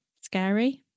scary